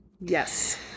Yes